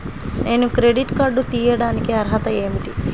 నేను credit card తీయడానికి అర్హత ఏమిటి?